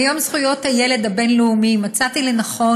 ביום זכויות הילד הבין-לאומי מצאתי לנכון